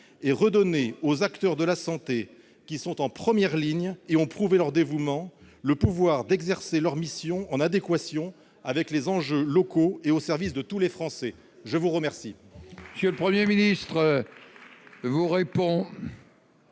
et redonner aux acteurs de la santé, qui sont en première ligne et qui ont prouvé leur dévouement, le pouvoir d'exercer leurs missions en adéquation avec les enjeux locaux et au service de tous les Français ? La parole